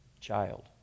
child